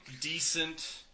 decent